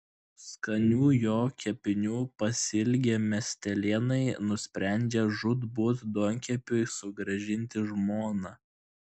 skanių jo kepinių pasiilgę miestelėnai nusprendžia žūtbūt duonkepiui sugrąžinti žmoną